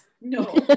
No